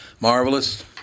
Marvelous